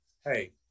hey